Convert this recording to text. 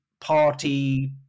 Party